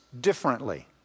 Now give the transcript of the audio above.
differently